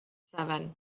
seven